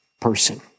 person